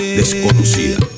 desconocida